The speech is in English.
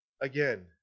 again